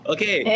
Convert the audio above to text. Okay